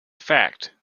fact